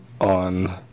on